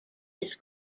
his